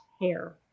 hair